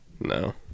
No